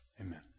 Amen